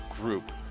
group